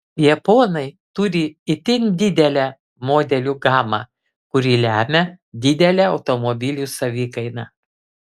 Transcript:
japonai turi itin didelę modelių gamą kuri lemią didelę automobilių savikainą